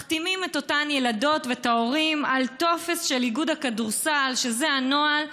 מחתימים את אותן ילדות ואת ההורים על טופס של איגוד הכדורסל שזה הנוהל,